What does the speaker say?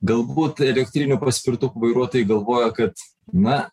galbūt elektrinių paspirtukų vairuotojai galvoja kad na